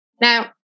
Now